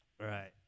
right